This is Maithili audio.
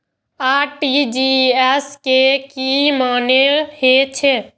आर.टी.जी.एस के की मानें हे छे?